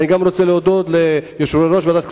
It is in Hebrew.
אני גם רוצה להודות ליושב-ראש ועדת הכספים,